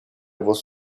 was